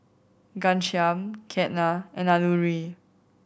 Ghanshyam Ketna and Alluri